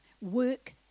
work